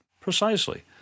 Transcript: Precisely